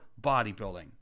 bodybuilding